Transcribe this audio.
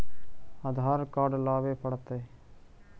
आधार card लाबे पड़तै?